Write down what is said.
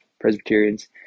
Presbyterians